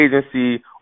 agency